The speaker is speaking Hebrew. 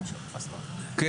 אני